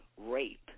rape